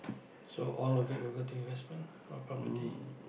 so all of it will go to investment or property